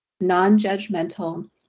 non-judgmental